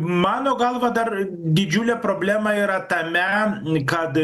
mano galva dar didžiulė problema yra tame kad